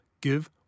give